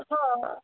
हा